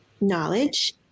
knowledge